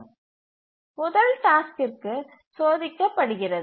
முதலில் லியு லெஹோஸ்கி கண்டிஷன் முதல் டாஸ்க்கிற்கு சோதிக்க படுகிறது